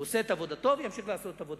הוא עושה את עבודתו, והוא ימשיך לעשות את עבודתו.